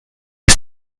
ist